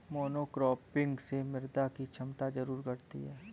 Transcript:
monocropping से मृदा की क्षमता जरूर घटती है